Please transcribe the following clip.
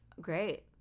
Great